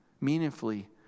meaningfully